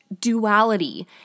Duality